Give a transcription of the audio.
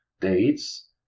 dates